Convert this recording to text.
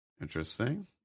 Interesting